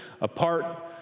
apart